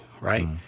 right